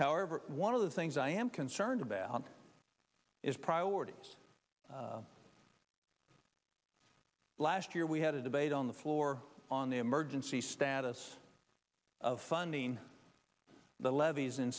however one of the things i am concerned about is priorities last year we had a debate on the floor on the emergency status of funding the levees in